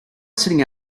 sitting